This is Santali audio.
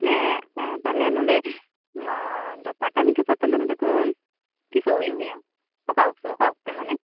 ᱦᱮᱸ ᱦᱮᱸ ᱛᱟᱞᱚᱦᱮ ᱱᱚᱰᱮ ᱯᱟᱴᱟᱵᱤᱸᱫᱟᱹ ᱯᱟᱛᱟ ᱫᱚ ᱱᱚᱰᱮ ᱫᱚ ᱛᱤᱥ ᱦᱩᱭᱩᱜ ᱜᱤᱭᱟ ᱚᱠᱟ ᱚᱠᱛᱮ ᱚᱠᱟ ᱚᱠᱛᱮ ᱢᱟᱱᱮ